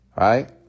right